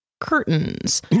curtains